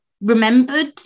remembered